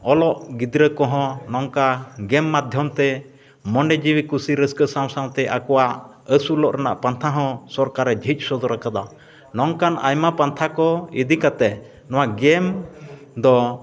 ᱚᱞᱚᱜ ᱜᱤᱫᱽᱨᱟᱹ ᱠᱚᱦᱚᱸ ᱱᱚᱝᱠᱟ ᱜᱮᱢ ᱢᱟᱭᱫᱷᱚᱢ ᱛᱮ ᱢᱚᱱᱮ ᱡᱤᱣᱤ ᱠᱩᱥᱤ ᱨᱟᱹᱥᱠᱟᱹ ᱥᱟᱶ ᱥᱟᱶᱛᱮ ᱟᱠᱚᱣᱟᱜ ᱟᱹᱥᱩᱞᱚᱜ ᱨᱮᱱᱟᱜ ᱯᱟᱱᱛᱷᱟ ᱦᱚᱸ ᱥᱚᱨᱠᱟᱨᱮ ᱡᱷᱤᱡ ᱥᱚᱫᱚᱨ ᱠᱟᱫᱟ ᱱᱚᱝᱠᱟᱱ ᱟᱭᱢᱟ ᱯᱟᱱᱛᱷᱟ ᱠᱚ ᱤᱫᱤ ᱠᱟᱛᱮᱫ ᱱᱚᱣᱟ ᱜᱮᱢ ᱫᱚ